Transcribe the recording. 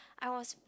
I was